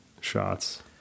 shots